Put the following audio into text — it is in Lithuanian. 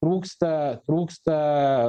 trūksta trūksta